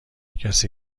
کسی